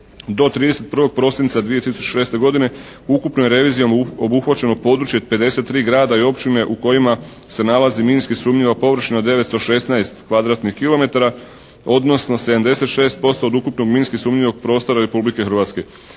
Do 31. prosinca 2006. godine ukupno je revizijom obuhvaćeno područje od 53 grada i općine u kojima se nalazi minski sumnjiva površina od 913 kvadratnih kilometara, odnosno 76% od ukupno minski sumnjivog prostora Republike Hrvatske.